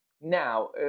Now